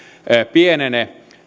pienene